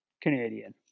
Canadian